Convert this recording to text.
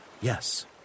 Yes